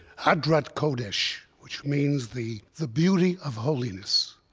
hadrat kodesh, which means the the beauty of holiness.